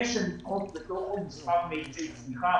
ושבתוכו יהיו מספר מאיצי צמיחה.